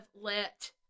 let